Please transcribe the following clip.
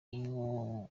w’amaguru